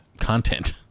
content